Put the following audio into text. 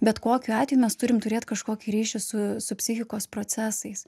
bet kokiu atveju mes turim turėt kažkokį ryšį su su psichikos procesais